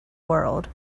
world